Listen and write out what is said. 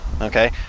okay